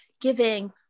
giving